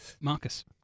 Marcus